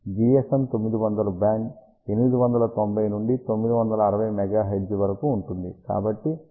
GSM 900 band 890 నుండి 960 MHz వరకు ఉంటుంది